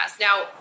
Now